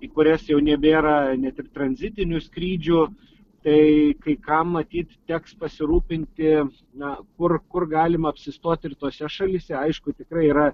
į kurias jau nebėra net ir tranzitinių skrydžių tai kai kam matyt teks pasirūpinti na kur kur galima apsistot ir tose šalyse aišku tikrai yra